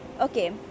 Okay